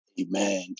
amen